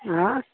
آ